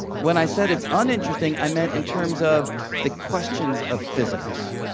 when i said it's uninteresting, i meant in terms of the questions of physics.